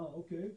אוקי.